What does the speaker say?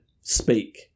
speak